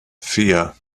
vier